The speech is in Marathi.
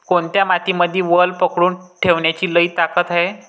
कोनत्या मातीमंदी वल पकडून ठेवण्याची लई ताकद हाये?